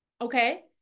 Okay